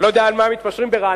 אני לא יודע על מה מתפשרים ברעננה,